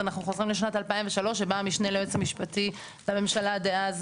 אנחנו חוזרים לשנת 2003 שבה המשנה ליועץ המשפטי לממשלה דאז,